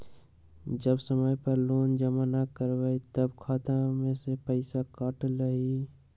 जब समय पर लोन जमा न करवई तब खाता में से पईसा काट लेहई?